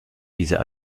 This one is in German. dieser